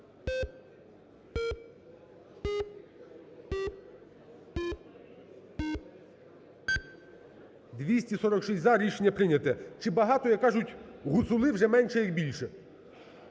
За-246 Рішення прийняте. Чи багато, як кажуть, гуцули вже менш як більше,